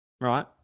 right